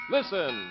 Listen